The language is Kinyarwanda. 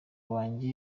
wanjye